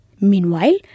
Meanwhile